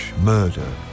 murder